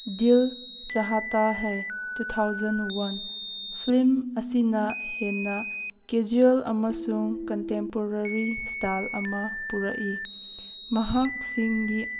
ꯗꯤꯜ Chahta Hai two thousand one film ꯑꯁꯤꯅ ꯍꯦꯟꯅ casual ꯑꯃꯁꯨꯡ ꯀꯟꯇꯦꯝꯄꯣꯔꯔꯤ ꯏꯁꯇꯥꯏꯜ ꯑꯃ ꯄꯨꯔꯛꯏ ꯃꯍꯥꯛꯁꯤꯡꯒꯤ